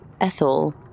Ethel